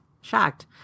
shocked